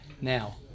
now